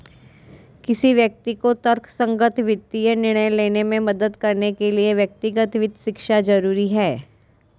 किसी व्यक्ति को तर्कसंगत वित्तीय निर्णय लेने में मदद करने के लिए व्यक्तिगत वित्त शिक्षा जरुरी है